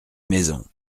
maisons